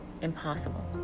impossible